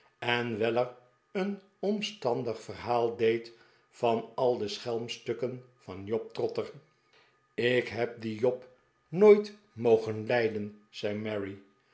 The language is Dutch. en weller een orastandig verhaal deed van al de sehelmstukken van job trotter ik heb dien job nooit mogen lijden en